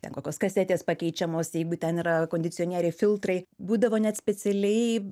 ten kokios kasetės pakeičiamos jeigu ten yra kondicionieriai filtrai būdavo net specialiai